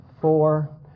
four